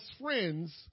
friends